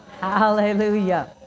Hallelujah